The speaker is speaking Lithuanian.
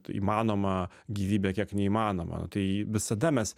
įmanoma gyvybė kiek neįmanoma nu tai visada mes